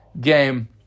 game